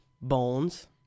Bones